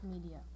media